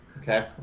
Okay